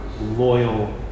loyal